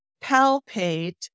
palpate